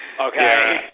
Okay